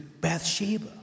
Bathsheba